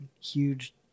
huge